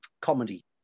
comedy